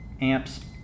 amps